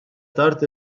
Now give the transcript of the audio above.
tard